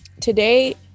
today